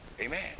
Amen